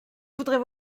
voudrais